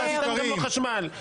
אז תיתן לו חשמל.